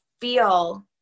feel